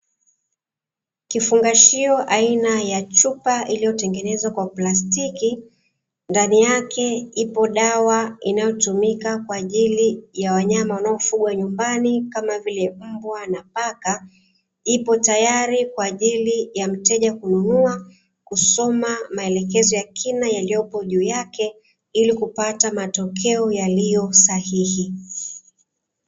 Kifungashio aina ya chupa iliyotengenezwa kwa plastiki, ndani yake ipo dawa inayotumika kwa ajili ya wanyama wanaofugwa nyumbani, kama vile, mbwa na paka. Ipo tayari kwa ajili ya mteja kununua, kusoma maelekezo ya kina yaliyopo juu yake, ili kupata matokeo yaliyo sahihi.